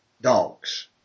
dogs